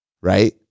right